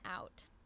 out